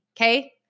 okay